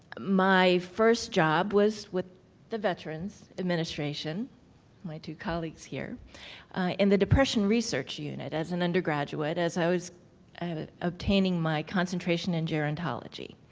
my first job was with the veterans administration my two colleagues here in the depression research unit, as an undergraduate, as i was obtaining my concentration in gerontology.